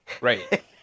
Right